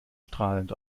strahlend